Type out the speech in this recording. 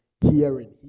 Hearing